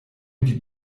die